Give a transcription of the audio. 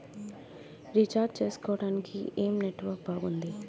Recharge చేసుకోవటానికి ఏం network బాగుంది?